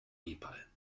nepal